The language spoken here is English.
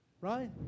right